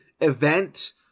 event